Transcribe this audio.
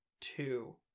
two